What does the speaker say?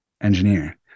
engineer